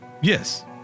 Yes